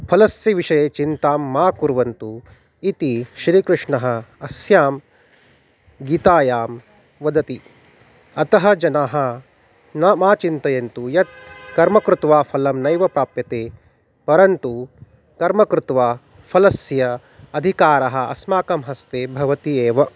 फलस्य विषये चिन्तां मा कुर्वन्तु इति श्रीकृष्णः अस्यां गीतायां वदति अतः जनाः न मा चिन्तयन्तु यत् कर्मं कृत्वा फलं नैव प्राप्यते परन्तु कर्मं कृत्वा फलस्य अधिकारः अस्माकं हस्ते भवति एव